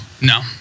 No